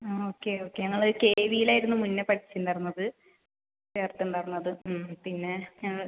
ആ okay okay ഞങ്ങൾ K വിയിലായിരുന്നു മുന്നേ പഠിച്ചിട്ടുണ്ടായിരുന്നത് ചേർത്തിട്ടുണ്ടായിരുന്നത് പിന്നേ ഞങ്ങൾ